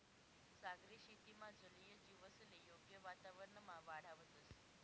सागरी शेतीमा जलीय जीवसले योग्य वातावरणमा वाढावतंस